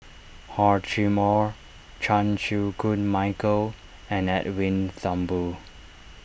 Hor Chim or Chan Chew Koon Michael and Edwin Thumboo